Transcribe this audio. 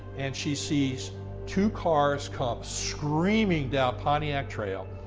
and she sees two cars come screaming down pontiac trail,